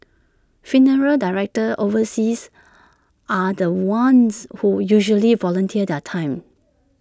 funeral directors overseas are the ones who usually volunteer their time